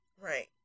right